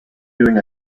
doing